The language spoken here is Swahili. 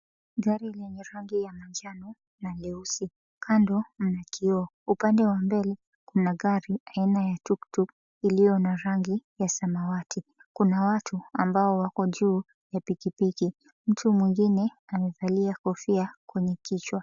Gari lina rangi ya manjano na nyeusi, kando mna kioo. Upande wa mbele kuna gari aina ya tuktuk iliyo na rangi ya samawati. Kuna watu ambao wako juu ya pikipiki. Mtu mwingine amevalia kofia kwenye kichwa.